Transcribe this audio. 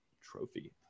trophy